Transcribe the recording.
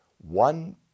one